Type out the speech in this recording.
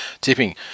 Tipping